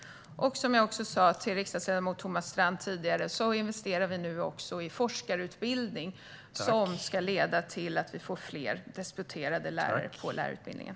Som jag sa till riksdagsledamot Thomas Strand tidigare investerar vi nu också i forskarutbildning som ska leda till att det blir fler disputerade lärare på lärarutbildningen.